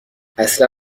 اصلا